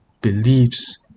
believes